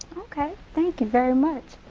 thank you very much.